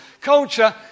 Culture